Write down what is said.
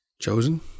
chosen